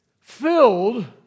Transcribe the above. filled